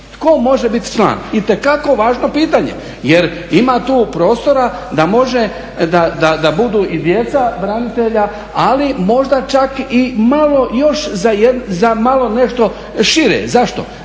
tko može biti član. Itekako važno pitanje, jer ima tu prostora da može, da budu i djeca branitelja ali možda čak i malo još za malo nešto šire. Zašto?